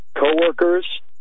coworkers